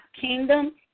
kingdom